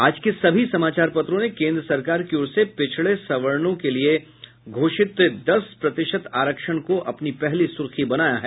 आज के सभी समाचार पत्रों ने केन्द्र सरकार की ओर से पिछड़े सवर्णो के लिए घोषित दस प्रतिशत आरक्षण को अपनी पहली सुर्खी बनाया है